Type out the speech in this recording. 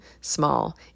small